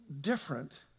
different